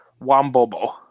Wambobo